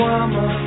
I'ma